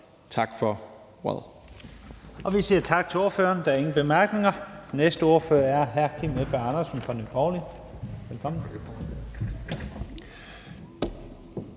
Lahn Jensen): Vi siger tak til ordføreren. Der er ingen korte bemærkninger. Næste ordfører er hr. Kim Edberg Andersen fra Nye Borgerlige. Velkommen.